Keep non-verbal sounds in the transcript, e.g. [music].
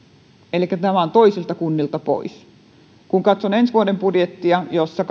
elikkä tämä on toisilta kunnilta pois kun katson ensi vuoden budjettia jossa [unintelligible]